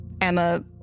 Emma